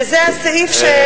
וזה הסעיף,